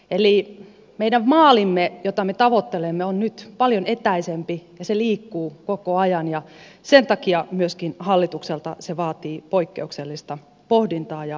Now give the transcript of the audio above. eli meidän maalimme jota me tavoittelemme on nyt paljon etäisempi ja se liikkuu koko ajan ja sen takia myöskin hallitukselta se vaatii poikkeuksellista pohdintaa ja päätöksentekokykyä